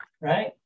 right